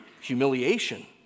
humiliation